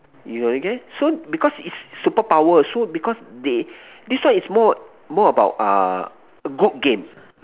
you you okay so because it's superpower so because they this one is more more about uh group game